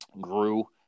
grew